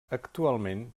actualment